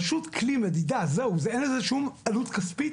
פשוט כלי מדידה, זהו, אין לזה שום עלות כספית.